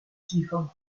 tifo